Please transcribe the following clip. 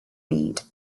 reed